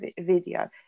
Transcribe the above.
video